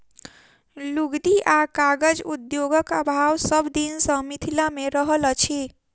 लुगदी आ कागज उद्योगक अभाव सभ दिन सॅ मिथिला मे रहल अछि